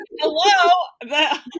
hello